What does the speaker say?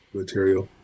material